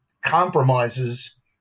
compromises